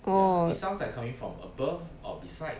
orh